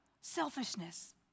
Selfishness